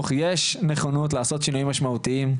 יש נכונות לעשות שינויים משמעותיים.